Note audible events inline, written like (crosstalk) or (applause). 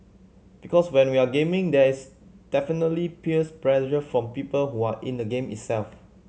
because when we are gaming there is definitely peers (unintelligible) from people who are in the game itself